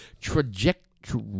trajectory